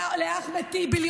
לאחמד טיבי,